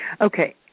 Okay